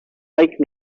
like